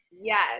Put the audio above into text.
Yes